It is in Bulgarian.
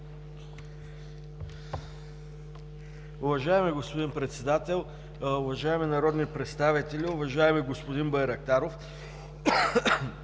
Уважаеми господин Председател, уважаеми народни представители! Уважаеми господин Байрактаров,